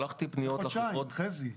לפני חודשיים.